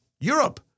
Europe